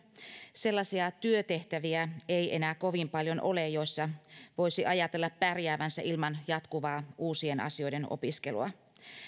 sellaisia työtehtäviä ei enää kovin paljon ole joissa voisi ajatella pärjäävänsä ilman jatkuvaa uusien asioiden opiskelua